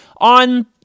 on